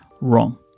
wrong